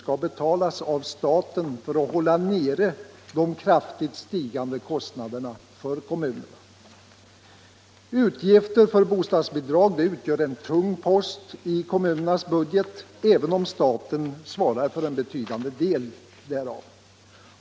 skall betalas av staten för att hålla nere de kraftigt stigande kostnaderna för kommunerna och förbättra bidragen för många pensionärer. Utgifter för bostadsbidrag utgör en tung post i kommunernas budget även om staten svarar för en betydande del härav.